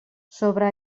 sobre